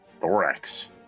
Thorax